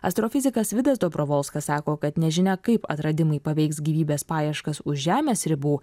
astrofizikas vidas dobrovolskas sako kad nežinia kaip atradimai paveiks gyvybės paieškas už žemės ribų